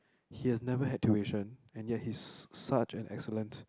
he has never had tuition and yet he's such an excellent